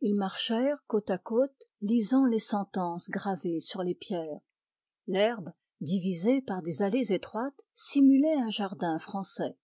ils marchèrent côte à côte lisant les sentences gravées sur les pierres l'herbe divisée par des allées étroites simulait un jardin français